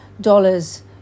dollars